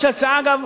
אז יש לי הצעה, אגב,